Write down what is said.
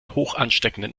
hochansteckenden